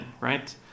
right